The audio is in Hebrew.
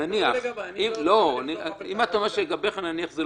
אין שום שיטה שהמחוקק ימנע את זה.